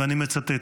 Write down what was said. ואני מצטט: